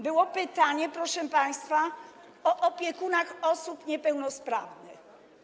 Było pytanie, proszę państwa, o opiekunów osób niepełnosprawnych.